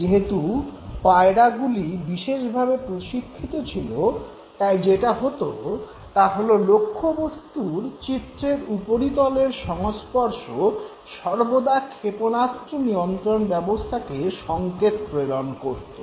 যেহেতু পায়রাগুলি বিশেষভাবে প্রশিক্ষিত ছিল তাই যেটা হত তা হল লক্ষ্যবস্তুর চিত্রের উপরিতলের সংস্পর্শ সর্বদা ক্ষেপণাস্ত্র নিয়ন্ত্রণ ব্যবস্থাকে সঙ্কেত প্রেরণ করত